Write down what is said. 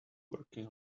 working